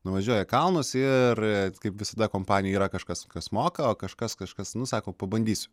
nuvažiuoja į kalnus ir kaip visada kompanijoj yra kažkas kas moka o kažkas kažkas nu sako pabandysiu